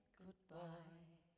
goodbye